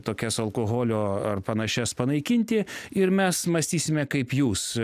tokias alkoholio ar panašias panaikinti ir mes mąstysime kaip jūs